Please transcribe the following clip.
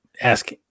ask